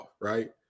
Right